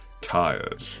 Tired